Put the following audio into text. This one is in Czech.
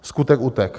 Skutek utek.